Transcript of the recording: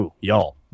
y'all